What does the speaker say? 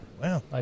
Wow